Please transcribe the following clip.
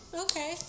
okay